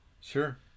Sure